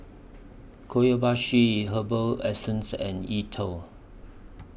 Herbal Essences and E TWOW